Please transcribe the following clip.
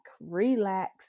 relax